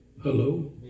Hello